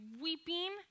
weeping